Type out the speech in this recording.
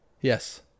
Yes